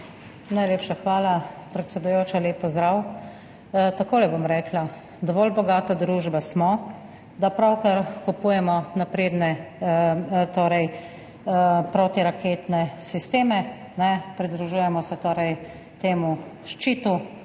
Najlepša hvala, predsedujoča. Lep pozdrav! Takole bom rekla, dovolj bogata družba smo, da pravkar kupujemo napredne protiraketne sisteme, pridružujemo se torej temu ščitu